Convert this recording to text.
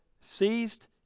seized